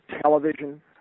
television